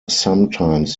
sometimes